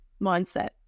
mindset